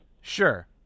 Sure